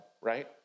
right